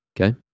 Okay